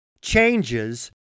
changes